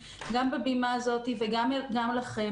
גם בבימה הזאתי וגם לכם,